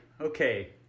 okay